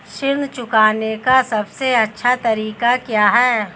ऋण चुकाने का सबसे अच्छा तरीका क्या है?